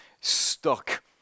stuck